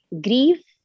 grief